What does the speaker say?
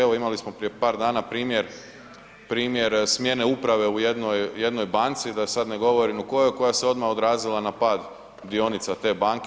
Evo imali smo prije par dana primjer smjene uprave u jednoj banci, da sada ne govorim u kojoj, koja se odmah odrazila na pad dionica te banke.